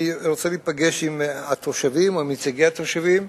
אני רוצה להיפגש עם התושבים או עם נציגי התושבים,